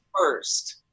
first